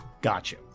Gotcha